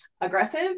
aggressive